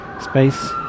space